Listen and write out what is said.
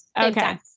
Okay